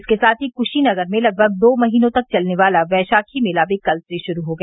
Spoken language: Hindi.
इसके साथ ही क्शीनगर में लगभग दो महीने तक चलने वाला बैशाखी मेला भी कल से शुरू हो गया